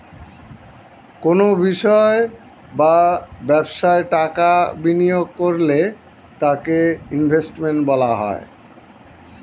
কোনো বিষয় বা ব্যবসায় টাকা বিনিয়োগ করলে তাকে ইনভেস্টমেন্ট বলা হয়